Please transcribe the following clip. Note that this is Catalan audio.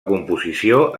composició